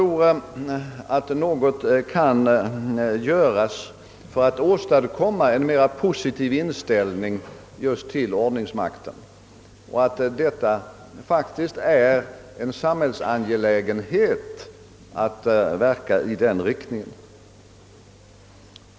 Något kan säkert göras för att åstadkomma en mera positiv inställning just till ordningsmakten och det är enligt min mening en viktig samhällsangelägenhet att verka i den riktningen.